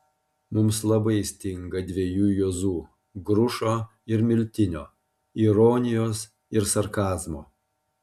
mums labai stinga dviejų juozų grušo ir miltinio ironijos ir sarkazmo